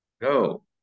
Go